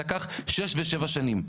לקח שש ושבע שנים.